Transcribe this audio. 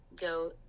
go